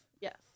Yes